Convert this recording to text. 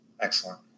Excellent